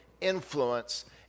influence